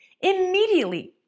immediately